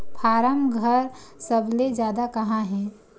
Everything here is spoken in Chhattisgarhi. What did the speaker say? फारम घर सबले जादा कहां हे